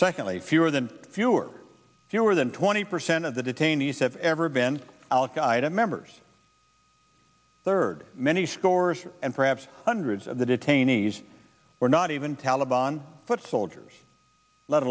secondly fewer than fewer fewer than twenty percent of the detainees have ever been al qaeda members third many scores and perhaps hundreds of the detainees were not even taleban foot soldiers let